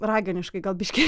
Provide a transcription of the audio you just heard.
raganiškai gal biškį